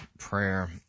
Prayer